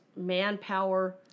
manpower